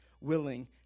willing